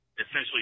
essentially